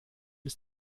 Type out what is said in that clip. ist